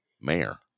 mayor